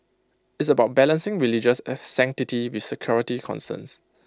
it's about balancing religious of sanctity with security concerns